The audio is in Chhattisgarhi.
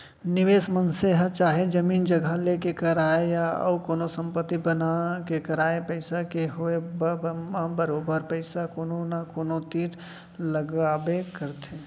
निवेस मनसे ह चाहे जमीन जघा लेके करय या अउ कोनो संपत्ति बना के करय पइसा के होवब म बरोबर पइसा कोनो न कोनो तीर लगाबे करथे